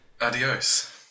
Adios